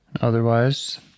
Otherwise